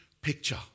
picture